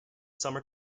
summer